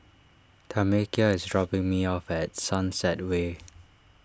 Tamekia is dropping me off at Sunset Way